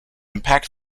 impact